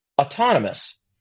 autonomous